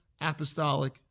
apostolic